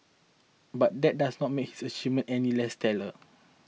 but that does not make his achievements any less stellar